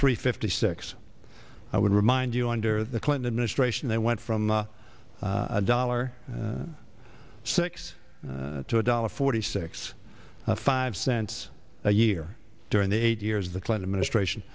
three fifty six i would remind you under the clinton administration they went from a dollar six to a dollar forty six five cents a year during the eight years of the clinton ministration